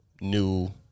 new